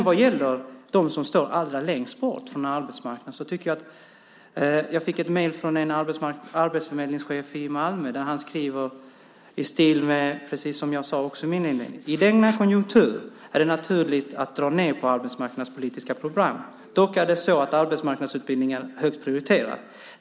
Vad gäller dem som står allra längst bort från arbetsmarknaden fick jag ett mejl från en arbetsförmedlingschef i Malmö. Han skriver, i stil med det jag sade i min inledning: I denna konjunktur är det naturligt att dra ned på de arbetsmarknadspolitiska programmen. Dock är det så att arbetsmarknadsutbildning är högt prioriterat.